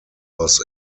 was